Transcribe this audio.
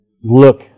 look